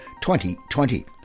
2020